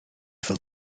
fel